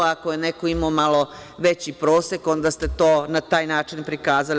Ako je neko imao malo veći prosek, onda ste to na taj način prikazali.